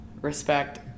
respect